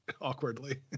awkwardly